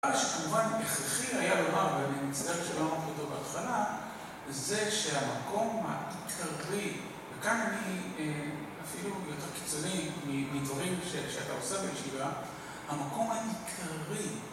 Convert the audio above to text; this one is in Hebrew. כמובן הכרחי היה לומר, ואני מצטער שלא אמרתי אותו בהתחלה, זה שהמקום העיקרי, וכאן אני אפילו יותר קיצוני מדברים שאתה עושה בישיבה, המקום העיקרי...